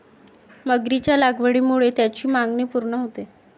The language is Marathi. मगरीच्या लागवडीमुळे त्याची मागणी पूर्ण होते